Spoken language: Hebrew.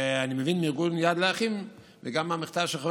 שאני מבין מארגון יד לאחים וגם מהמכתב של חבר